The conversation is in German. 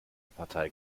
partei